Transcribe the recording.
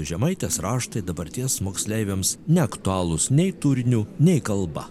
žemaitės raštai dabarties moksleiviams neaktualūs nei turiniu nei kalba